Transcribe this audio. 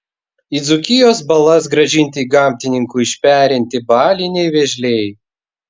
į dzūkijos balas grąžinti gamtininkų išperinti baliniai vėžliai